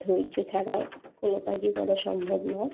ধৈর্য ছাড়া কোনো কাজই করা সম্ভব না